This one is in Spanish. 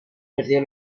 perdió